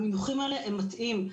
המינוחים האלה מטעים.